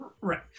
Right